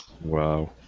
wow